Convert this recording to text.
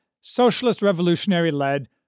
socialist-revolutionary-led